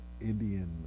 Indian